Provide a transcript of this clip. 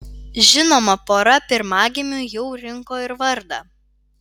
žinoma pora pirmagimiui jau rinko ir vardą